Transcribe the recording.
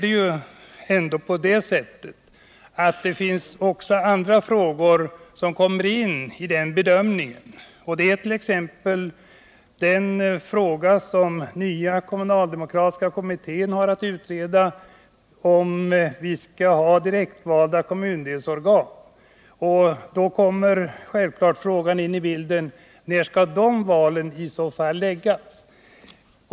Det finns emellertid också andra frågor som kommer in i den bedömningen, t.ex. den fråga som nya kommunaldemokratiska kommittén har att utreda, om vi skall ha direktvalda kommundelsorgan. Då kommer självfallet frågan in i bilden: När skall de valen i så fall läggas?